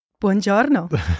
Buongiorno